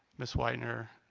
mrs. whitener